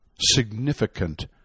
Significant